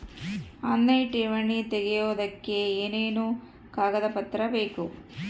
Online ಠೇವಣಿ ತೆಗಿಯೋದಕ್ಕೆ ಏನೇನು ಕಾಗದಪತ್ರ ಬೇಕು?